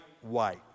white